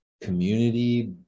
community